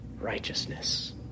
righteousness